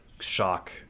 shock